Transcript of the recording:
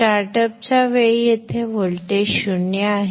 स्टार्टअपच्या वेळी येथे व्होल्टेज शून्य आहे